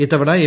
ഇത്തവണ എം